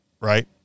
right